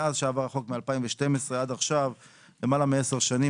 מאז שעבר החוק מ-2012 ועד עכשיו, למעה מעשר שנים.